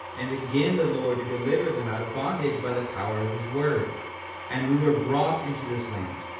and again the lord did deliver them out of bondage by the power of his word and we were brought into this land,